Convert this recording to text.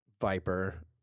Viper